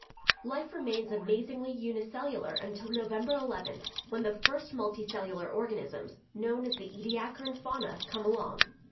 life remains amazingly unicellular until november eleventh when the first multicellular organisms, known as the ediacaran fauna, come along.